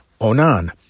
Onan